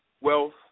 wealth